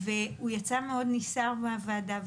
-- ויצא מאוד נסער מהוועדה,